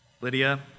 Lydia